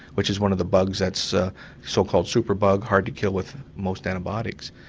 which is one of the bugs that's a so-called super-bug, hard to kill with most antibiotics.